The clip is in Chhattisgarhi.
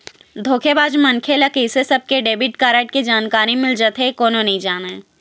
धोखेबाज मनखे ल कइसे सबके डेबिट कारड के जानकारी मिल जाथे ए कोनो नइ जानय